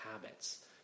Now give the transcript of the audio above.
habits